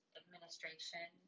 administration